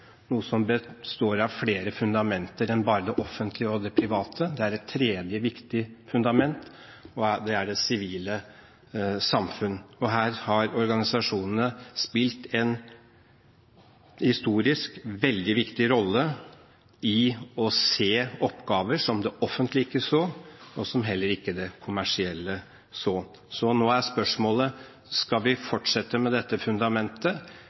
noe som består av flere fundamenter enn bare det offentlige og det private. Det er et tredje og viktig fundament, og det er det sivile samfunn. Her har organisasjonene spilt en historisk veldig viktig rolle i å se oppgaver som det offentlige ikke så, og som heller ikke det kommersielle så. Nå er spørsmålet: Skal vi fortsette med dette fundamentet,